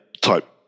type